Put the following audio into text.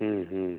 ம் ம்